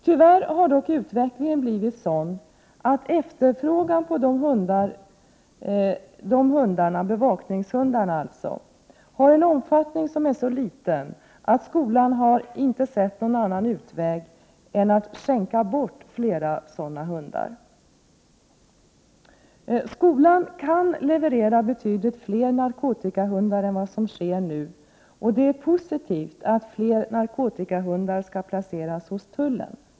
Tyvärr har dock utvecklingen blivit sådan att efterfrågan på bevakningshundar har en så liten omfattning att skolan inte har sett någon annan utväg än att skänka bort flera sådana hundar. Skolan skulle kunna leverera betydligt fler narkotikahundar än som nu sker. Det skulle vara positivt om flera narkotikahundar kunde placeras hos tullen.